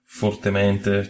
fortemente